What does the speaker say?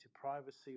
privacy